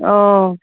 অঁ